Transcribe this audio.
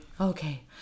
Okay